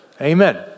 Amen